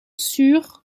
sur